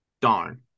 Darn